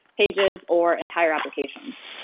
pages, or entire applications.